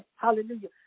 hallelujah